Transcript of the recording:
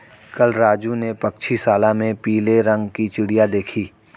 कल राजू ने पक्षीशाला में पीले रंग की चिड़िया देखी